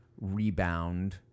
rebound